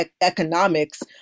economics